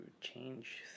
change